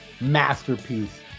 masterpiece